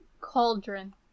cauldron